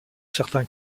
certains